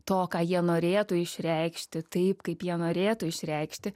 to ką jie norėtų išreikšti taip kaip jie norėtų išreikšti